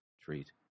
treat